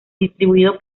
distribuido